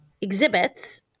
exhibits